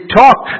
talk